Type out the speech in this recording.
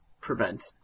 prevent